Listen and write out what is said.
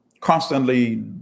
constantly